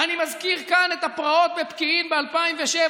אני מזכיר כאן את הפרעות בפקיעין ב-2007,